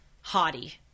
haughty